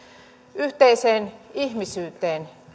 yhteiseen ihmisyyteen